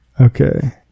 okay